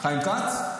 חיים כץ.